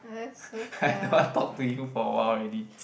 I don't want talk to you for a while already